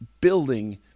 building